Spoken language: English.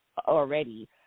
already